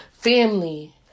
Family